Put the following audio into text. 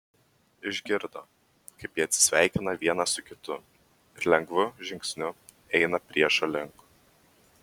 išgirdo kaip jie atsisveikina vienas su kitu ir lengvu žingsniu eina priešo link